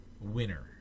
winner